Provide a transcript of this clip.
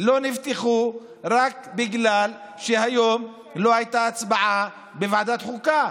לא נפתחו רק בגלל שהיום לא הייתה הצבעה בוועדת החוקה.